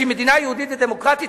שהיא מדינה יהודית ודמוקרטית,